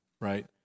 right